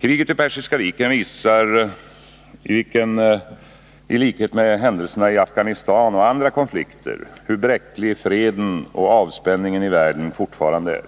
Kriget vid Persiska viken visar i likhet med händelserna i Afghanistan och andra konflikter hur bräcklig freden och avspänningen i världen fortfarande är.